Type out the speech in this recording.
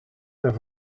ter